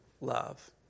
love